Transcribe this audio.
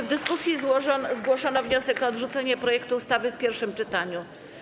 W dyskusji zgłoszono wniosek o odrzucenie projektu ustawy w pierwszym czytaniu.